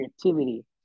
creativity